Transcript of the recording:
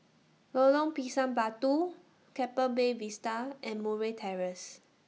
Lorong Pisang Batu Keppel Bay Vista and Murray Terrace